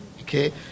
Okay